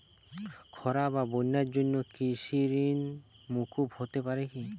খরা বা বন্যার জন্য কৃষিঋণ মূকুপ হতে পারে কি?